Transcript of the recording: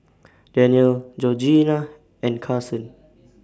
Dannielle Georgianna and Carson